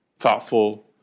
Thoughtful